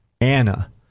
Anna